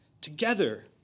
together